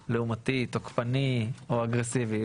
לעומתי, תוקפני או אגרסיבי.